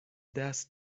دست